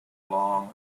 long